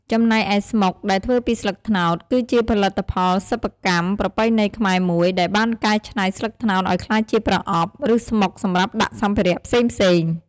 ចំណែកឯស្មុកដែលធ្វើពីស្លឹកត្នោត គឺជាផលិតផលសិប្បកម្មប្រពៃណីខ្មែរមួយ ដែលបានកែច្នៃស្លឹកត្នោតឲ្យក្លាយជាប្រអប់ ឬស្មុកសម្រាប់ដាក់សម្ភារៈផ្សេងៗ។